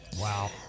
Wow